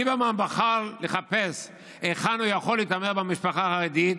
ליברמן בחר לחפש היכן הוא יכול להתעמר במשפחה החרדית,